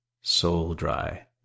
soul-dry